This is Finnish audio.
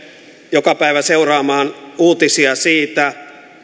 joka päivä seuraamaan uutisia siitä